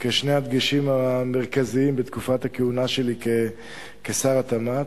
כשני הדגשים המרכזיים בתקופת הכהונה שלי כשר התמ"ת.